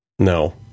No